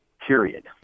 period